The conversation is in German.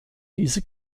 diese